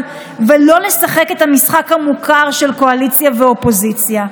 ולא לשחק את המשחק המוכר של קואליציה ואופוזיציה.